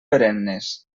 perennes